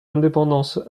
indépendance